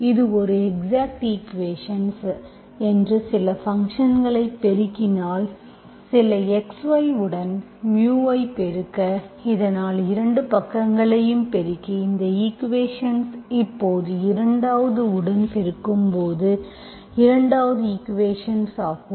இது ஒரு exact equations என்று சில ஃபங்க்ஷன்களை பெருக்கினால் சில x y உடன் ஐ பெருக்க இதனால் இரு பக்கங்களையும் பெருக்கி இந்த ஈக்குவேஷன்ஸ் இப்போது 2 வது உடன் பெருக்கும்போது 2 வது ஈக்குவேஷன்ஸ் ஆகும்